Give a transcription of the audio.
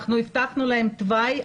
אנחנו הבטחנו להם תוואי,